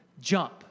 jump